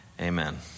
amen